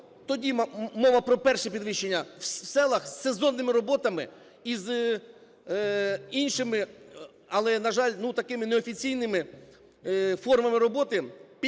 тоді мова про перше підвищення в селах з сезонними роботами і з іншими, але, на жаль, такими неофіційними формами роботи, підняття